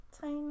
tiny